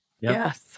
Yes